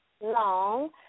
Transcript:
long